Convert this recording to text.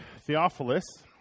Theophilus